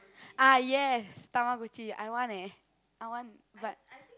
ah yes Tamagotchi I want eh I want but